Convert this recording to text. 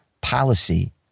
policy